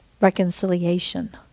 Reconciliation